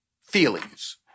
feelings